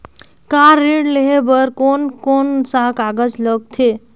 Car ऋण लेहे बार कोन कोन सा कागज़ लगथे?